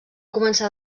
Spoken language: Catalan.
començar